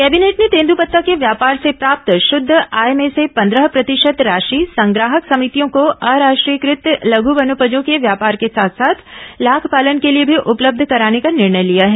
cabinet ने तेंद्रपत्तों के व्यापार से प्राप्त शद्ध आय में से पंद्रह प्रतिशत राशि संग्राहक समितियों को अराष्ट्रीयकृत लघू वनोपजों के व्यापार के साथ साथ लाख पालन के लिए भी उपलब्ध कराने का निर्णय लिया है